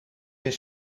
zijn